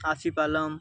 Asif Alam